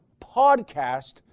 PODCAST